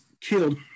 killed